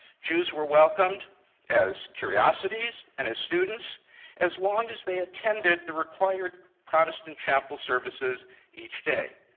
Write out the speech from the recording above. jews were welcomed as curiosities and as students as long as they attended the required protestant chapel services each day.